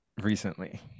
recently